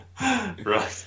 Right